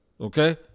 okay